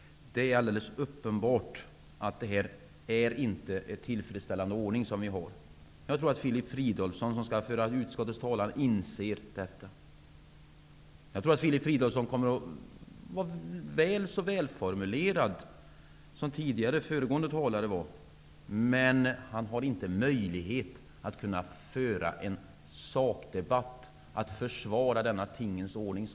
Det är alldeles uppenbart att den nuvarande ordningen inte är tillfredsställande. Jag tror att Filip Fridolfsson, som skall föra utskottets talan, inser detta. Jag tror att han kommer att vara väl så välformulerad som föregående talare var. Men han har inte en möjlighet att föra en sakdebatt, att försvara denna tingens ordning.